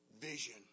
vision